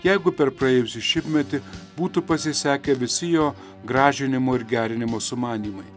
jeigu per praėjusį šimtmetį būtų pasisekę visi jo gražinimo ir gerinimo sumanymai